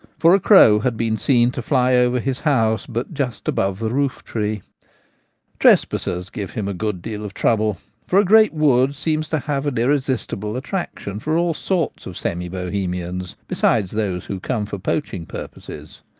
for a crow had been seen to fly over his house but just above the roof-tree trespassers give him a good deal of trouble, for a great wood seems to have an irresistible attraction for all sorts of semi-bohemians, besides those who come for poaching purposes.